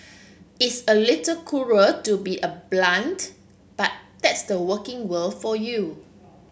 it's a little cruel to be a blunt but that's the working world for you